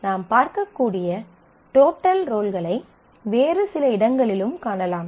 நாம் பார்க்கக்கூடிய டோட்டல் ரோல்களை வேறு சில இடங்களிலும் காணலாம்